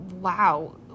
wow